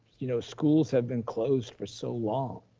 you know, schools have been closed for so long,